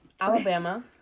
Alabama